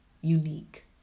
unique